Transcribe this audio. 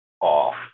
off